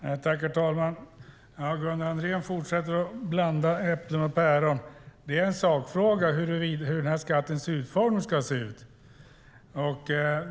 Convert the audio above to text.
Herr talman! Gunnar Andrén fortsätter att blanda äpplen och päron. Det är en sakfråga hur den här skattens utformning ska se ut.